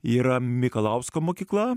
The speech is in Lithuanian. yra mikalausko mokykla